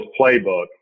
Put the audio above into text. playbook